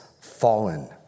fallen